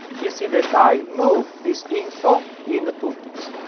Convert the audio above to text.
you see that i move this info in the tooltips.